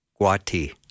Guati